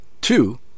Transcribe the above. Two-